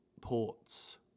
ports